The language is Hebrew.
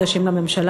ארבעה חודשים לממשלה.